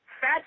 fat